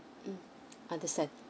mm understand